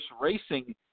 Racing